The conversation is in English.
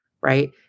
right